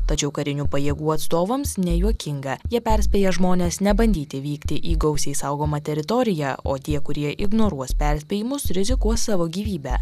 tačiau karinių pajėgų atstovams nejuokinga jie perspėja žmones nebandyti vykti į gausiai saugomą teritoriją o tie kurie ignoruos perspėjimus rizikuos savo gyvybe